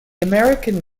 american